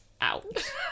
out